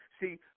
See